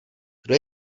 kdo